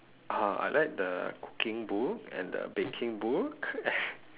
uh I like the cooking book and the baking book and